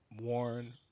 Warren